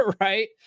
Right